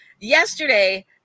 yesterday